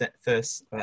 first